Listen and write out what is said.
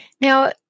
Now